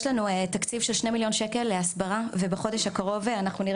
יש לנו תקציב של 2 מיליון שקלים להסברה ובחודש הקרוב נראה